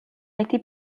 été